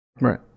Right